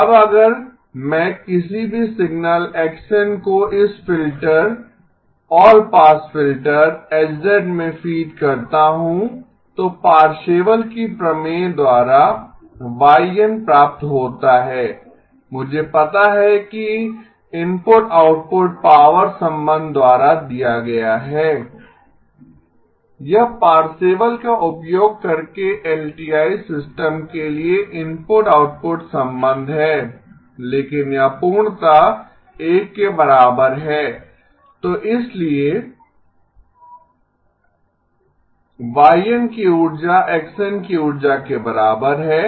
अब अगर मैं किसी भी सिग्नल x n को इस filter all pass filter H मे फीड करता हूं तो पार्सेवल की प्रमेय द्वारा y n प्राप्त होता है मुझे पता है कि इनपुट आउटपुट पावर संबंध द्वारा दिया गया है यह पार्सेवल का उपयोग करके एलटीआइ सिस्टम के लिए इनपुट आउटपुट संबंध है लेकिन यह पूर्णतः 1 के बराबर है तो इसलिए Y n की ऊर्जा x n की ऊर्जा के बराबर है